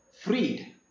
freed